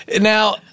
Now